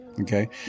Okay